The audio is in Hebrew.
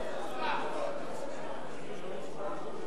נתקבלה.